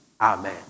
amen